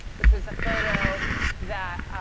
which was a photo that,